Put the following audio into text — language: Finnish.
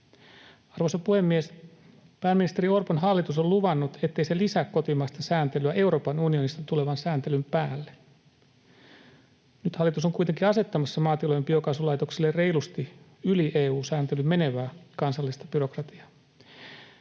Arvoisa puhemies! Pääministeri Orpon hallitus on luvannut, ettei se lisää kotimaista sääntelyä Euroopan unionista tulevan sääntelyn päälle. Nyt hallitus on kuitenkin asettamassa maatilojen biokaasulaitoksille reilusti yli EU-sääntelyn menevää kansallista byrokratiaa.